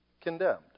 condemned